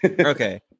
Okay